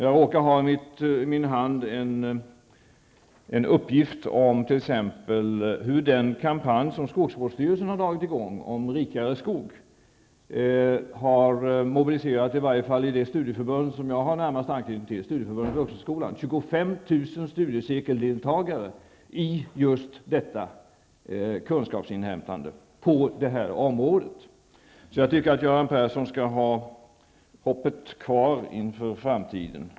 Jag råkar i min hand ha en uppgift om det deltagande som kampanjen om rikare skog, som skogsvårdsstyrelsen har dragit i gång, har mobiliserat i det studieförbund som jag har närmaste anknytning till, Studieförbundet Vuxenskolan. Man har där 25 000 studiecirkeldeltagare som deltar i detta kunskapsinhämtande. Jag tycker alltså att Göran Persson skall ha hoppet kvar inför framtiden.